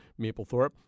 Maplethorpe